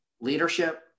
leadership